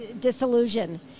disillusion